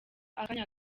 akanya